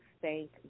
Thank